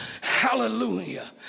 Hallelujah